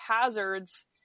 hazards